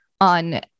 on